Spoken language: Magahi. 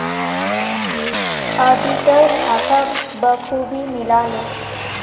ऑडिटर खाता बखूबी मिला ले